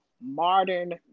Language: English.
modern